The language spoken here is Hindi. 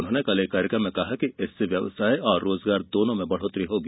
उन्होंने कल एक कार्यक्रम में कहा कि इससे व्यवसाय और रोजगार दोनों में बढ़ौतरी होगी